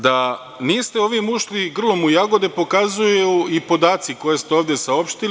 Da niste ovim ušli grlom u jagode pokazuju i podaci koje ste ovde saopštili.